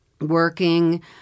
working